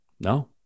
No